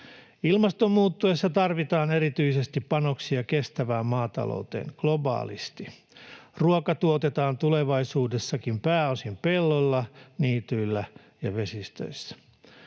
Ilmaston muuttuessa tarvitaan erityisesti panoksia kestävään maatalouteen, globaalisti. Ruoka tuotetaan tulevaisuudessakin pääosin pelloilla, niityillä ja vesistöissä.